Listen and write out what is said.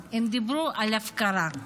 הם דיברו על הפקרה.